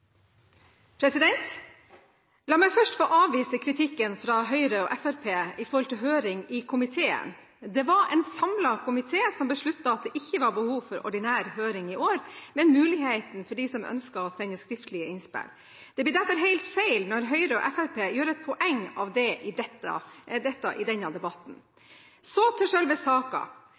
president. Da er det registrert. La meg først få avvise kritikken fra Høyre og Fremskrittspartiet knyttet til høring i komiteen. Det var en samlet komité som besluttet at det ikke var behov for ordinær høring i år, men mulighet for dem som ønsket å sende skriftlige innspill. Det blir derfor helt feil når Høyre og Fremskrittspartiet gjør et poeng av dette i denne debatten. Så til